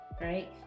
right